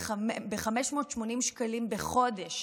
ב-580 שקלים בחודש,